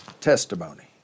testimony